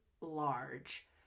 large